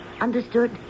Understood